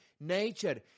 nature